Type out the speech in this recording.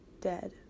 dead